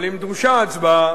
אבל אם דרושה הצבעה,